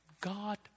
God